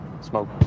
smoke